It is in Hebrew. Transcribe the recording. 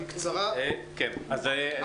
ייקח כמה שבועות לפחות, מה לגבי התקופה הזאת?